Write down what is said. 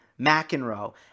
McEnroe